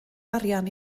arian